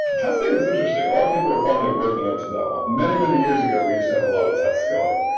tough. that thing is interesting. a lot of people are finally waking up to that one. many many years ago, we used to have a lot of test going.